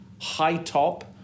high-top